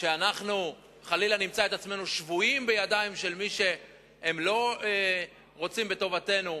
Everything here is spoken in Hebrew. שאנחנו חלילה נמצא את עצמנו שבויים בידיים של מי שהם לא רוצים בטובתנו,